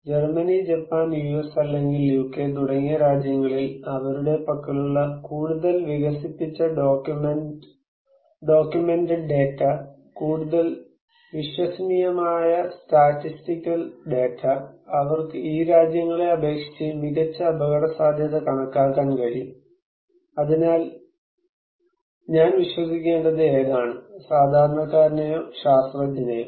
Germany Japan US അല്ലെങ്കിൽ UK തുടങ്ങിയ രാജ്യങ്ങളിൽ അവരുടെ പക്കലുള്ള കൂടുതൽ വികസിപ്പിച്ച ഡോക്യുമെന്റഡ് ഡാറ്റ കൂടുതൽ വിശ്വസനീയമായ സ്റ്റാറ്റിസ്റ്റിക്കൽ ഡാറ്റ അവർക്ക് ഈ രാജ്യങ്ങളെ അപേക്ഷിച്ച് മികച്ച അപകടസാധ്യത കണക്കാക്കാൻ കഴിയും അതിനാൽ ഞാൻ വിശ്വസിക്കേണ്ടത് ഏതാണ് സാധാരണക്കാരനെയോ ശാസ്ത്രജ്ഞനെയോ